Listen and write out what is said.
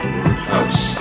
House